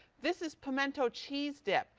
this is pimento cheese dip.